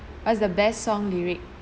what's the best song lyric